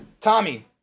Tommy